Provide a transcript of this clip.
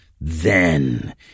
Then